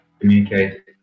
communicate